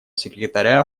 секретаря